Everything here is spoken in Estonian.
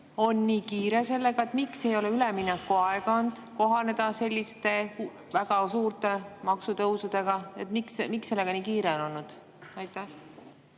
on nii kiire sellega. Miks ei ole üleminekuaega, et kohaneda selliste väga suurte maksutõusudega? Miks sellega nii kiire on? Aitäh!